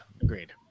agreed